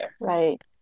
Right